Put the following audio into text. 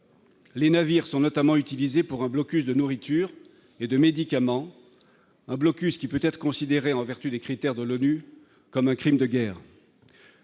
les navires sont notamment utilisés pour un blocus de nourriture et de médicaments, un blocus qui peut être considéré en vertu des critères de l'ONU comme un Crime de guerre,